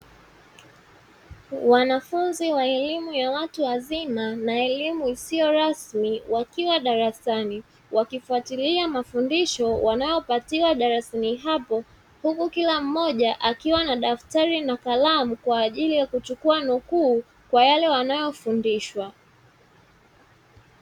Wanafunzi wa elimu ya watu wazima na elimu isiyo rasmi wakiwa darasani wakifuatilia mafundisho wanayopatiwa darasani hapo, huku kila mmoja akiwa na daftari na kalamu kwaajili ya kuchukua nukuu kwa yale wanayofundishwa.